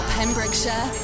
Pembrokeshire